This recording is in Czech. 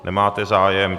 Nemáte zájem.